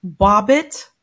Bobbit